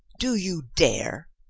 do you dare?